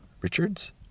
Richards